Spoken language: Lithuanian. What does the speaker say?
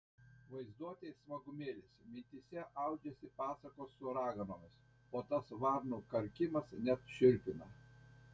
vaizduotei smagumėlis mintyse audžiasi pasakos su raganomis o tas varnų karkimas net šiurpina